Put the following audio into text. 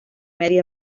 medi